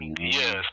Yes